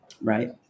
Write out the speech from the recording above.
right